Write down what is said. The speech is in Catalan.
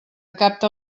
capta